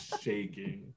shaking